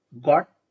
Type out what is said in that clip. got